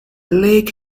lake